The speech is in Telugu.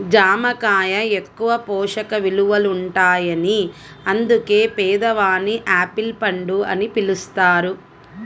జామ కాయ ఎక్కువ పోషక విలువలుంటాయని అందుకే పేదవాని యాపిల్ పండు అని పిలుస్తారు